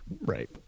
Right